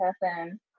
person